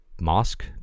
mosque